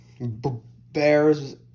Bears